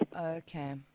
Okay